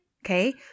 Okay